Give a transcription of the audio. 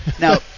now